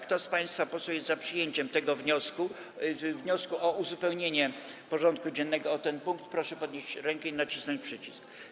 Kto z państwa posłów jest za przyjęciem wniosku o uzupełnienie porządku dziennego o ten punkt, proszę podnieść rękę i nacisnąć przycisk.